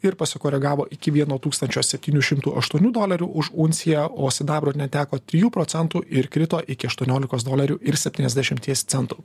ir pasikoregavo iki vieno tūkstančio septynių šimtų aštuonių dolerių už unciją o sidabro neteko trijų procentų ir krito iki aštuoniolikos dolerių ir septyniasdešimties centų